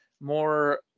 more